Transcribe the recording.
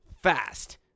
fast